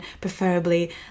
preferably